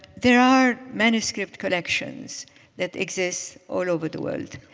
there are manuscript collections that exist all over the world.